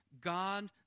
God